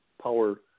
power